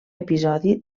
episodi